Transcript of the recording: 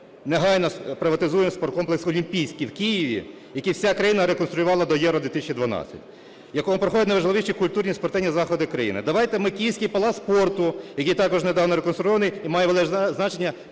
негайно приватизуємо спорткомплекс "Олімпійський" в Києві, який вся країна реконструювала до Євро-2012, в якому проходять найважливіші культурні спортивні заходи країни. Давайте ми київський Палац спорту, який також недавно реконструйований і має величезне значення,